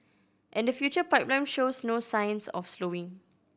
and the future pipeline shows no signs of slowing